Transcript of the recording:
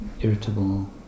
irritable